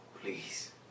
please